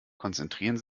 konzentrieren